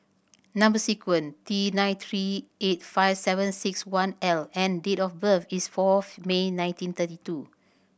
number sequence T nine three eight five seven six one L and date of birth is fourth May nineteen thirty two